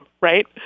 Right